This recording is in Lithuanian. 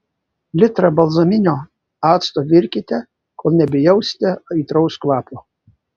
litrą balzaminio acto virkite kol nebejausite aitraus kvapo